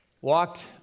walked